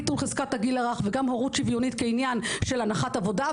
ביטול חזקת הגיל הרך וגם הורות שוויונית כעניין של הנחת עבודה,